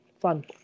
fun